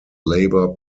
labor